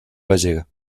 gallega